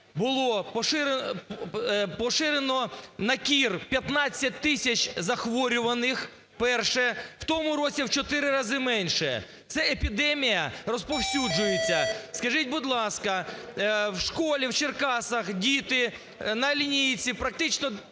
було поширено на кір 15 тисячзахворюваних вперше. В тому році в чотири рази менше. Це епідемія розповсюджується. Скажіть, будь ласка, в школі в Черкасах діти на лінійці, практично